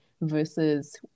versus